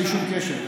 בלי שום קשר.